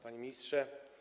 Panie Ministrze!